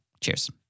Cheers